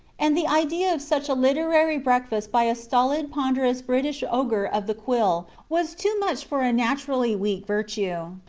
and the idea of such a literary breakfast by a stolid, ponderous british ogre of the quill was too much for a naturally weak virtue,